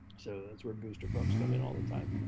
so that's where booster pumps come in all the time.